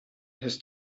has